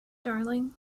darling